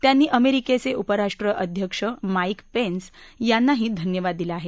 त्यांनी अमेरिकेचे उपराष्ट्र अध्यक्ष माईक पेन्स यांनाही धन्यवाद दिले आहे